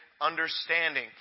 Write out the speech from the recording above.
understanding